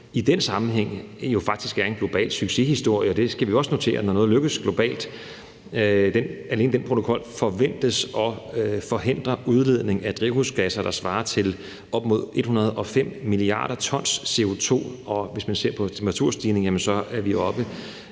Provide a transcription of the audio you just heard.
i den sammenhæng faktisk er en global succeshistorie. Det skal vi også notere, altså at når noget lykkes globalt. Alene den protokol forventes at forhindre udledning af drivhusgasser, der svarer til op mod 105 mia. t, og hvis man ser på temperaturstigningerne, er vi oppe